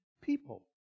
people